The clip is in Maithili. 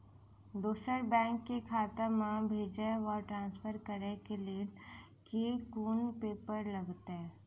दोसर बैंक केँ खाता मे भेजय वा ट्रान्सफर करै केँ लेल केँ कुन पेपर लागतै?